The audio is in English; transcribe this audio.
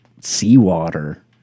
seawater